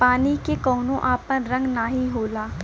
पानी के कउनो आपन रंग नाही होला